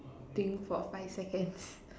think for five seconds